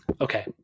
okay